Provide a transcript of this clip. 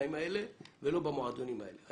בגילאים האלה ולא במועדונים האלה.